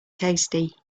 tasty